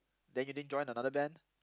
then you didn't join another band